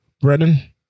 Brennan